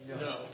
No